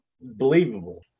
believable